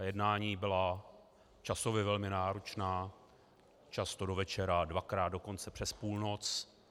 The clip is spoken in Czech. Jednání byla časově velmi náročná, často do večera, dvakrát dokonce přes půlnoc.